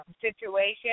situation